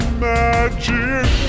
magic